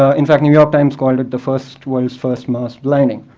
ah in fact, new york times called the first world's first mass blinding.